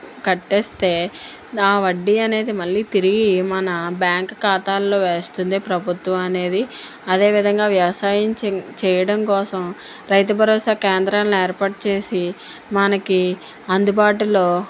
కడితే ఆ వడ్డీ అనేది మళ్ళీ తిరిగి మన బ్యాంక్ ఖాతాలలో వేస్తుంది ప్రభుత్వం అనేది అదేవిధంగా వ్యవసాయం చెయ్ చేయడం కోసం రైతు భరోసా కేంద్రాలను ఏర్పాటు చేసి మనకి అందుబాటులో